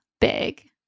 big